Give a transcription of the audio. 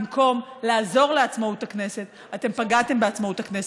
במקום לעזור לעצמאות הכנסת אתם פגעתם בעצמאות הכנסת.